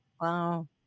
Wow